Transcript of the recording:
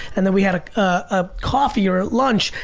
and then we had ah coffee or lunch,